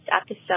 episode